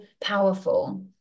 powerful